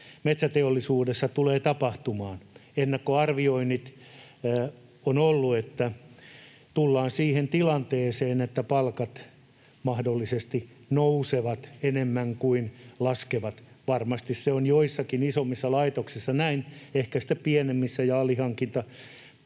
metsäteollisuudessa tulee tapahtumaan. Ennakkoarviona on ollut, että tullaan siihen tilanteeseen, että palkat mahdollisesti nousevat enemmän kuin laskevat. Varmasti se on joissakin isommissa laitoksissa näin, ehkä sitten pienemmissä ja alihankintapuolella